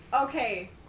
okay